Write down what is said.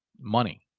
money